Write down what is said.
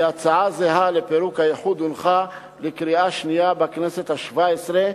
כי הצעה זהה לפירוק האיחוד הונחה לקריאה שנייה בכנסת השבע-עשרה,